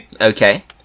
Okay